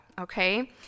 Okay